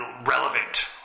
relevant